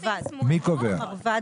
מרב"ד.